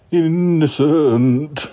innocent